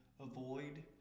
avoid